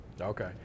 Okay